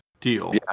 deal